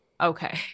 Okay